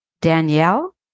Danielle